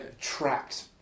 trapped